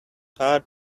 hard